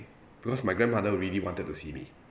because my grandmother really wanted to see me